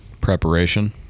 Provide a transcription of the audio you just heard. preparation